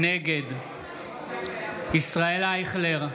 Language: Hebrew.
נגד ישראל אייכלר,